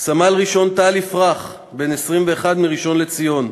סמל-ראשון טל יפרח, בן 21, מראשון-לציון,